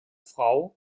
frau